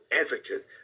advocate